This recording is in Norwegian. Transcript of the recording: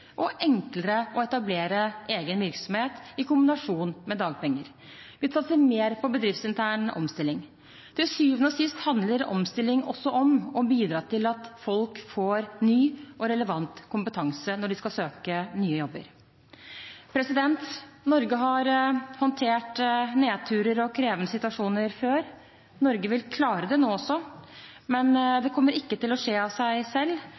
og enklere å etablere egen virksomhet i kombinasjon med dagpenger. Vi satser mer på bedriftsintern omstilling. Til syvende og sist handler omstilling også om å bidra til at folk får ny og relevant kompetanse når de skal søke nye jobber. Norge har håndtert nedturer og krevende situasjoner før. Norge vil klare det nå også. Men det kommer ikke til å skje av selv,